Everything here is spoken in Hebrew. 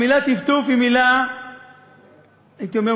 המילה טפטוף היא מילה הייתי אומר,